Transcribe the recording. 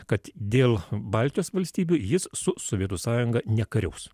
kad dėl baltijos valstybių jis su sovietų sąjunga nekariaus